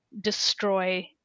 destroy